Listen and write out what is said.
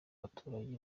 abaturage